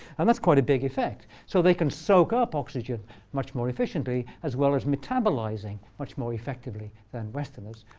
and that's quite a big effect. so they can soak up oxygen much more efficiently as well as metabolizing much more effectively than westerners.